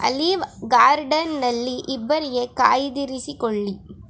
alive ಗಾರ್ಡನ್ನಲ್ಲಿ ಇಬ್ಬರಿಗೆ ಕಾಯ್ದಿರಿಸಿಕೊಳ್ಳಿ